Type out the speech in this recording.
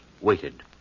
waited